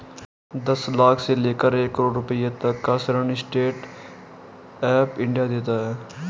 दस लाख से लेकर एक करोङ रुपए तक का ऋण स्टैंड अप इंडिया देता है